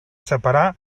separar